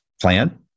plan